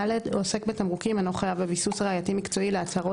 (ד) עוסק בתמרוקים אינו חייב בביסוס ראייתי מקצועי להצהרות